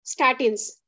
statins